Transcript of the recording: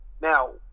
Now